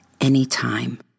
anytime